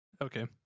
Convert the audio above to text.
Okay